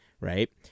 right